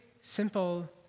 simple